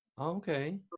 Okay